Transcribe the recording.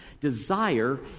Desire